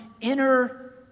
inner